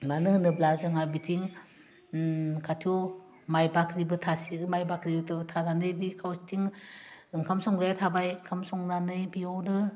मानो होनोब्ला जोंहा बिथिं उम खाथियाव माय बाख्रिबो थासि माय बाख्रिथ' थानानै बि खावसेथिं ओंखाम संग्राया थाबाय ओंखाम संनानै बेयावनो